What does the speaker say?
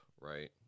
right